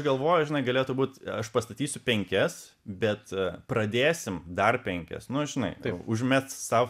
galvoju žinai galėtų būti aš pastatysiu penkias bet a pradėsim dar penkias nu žinai užmest sau